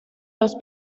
los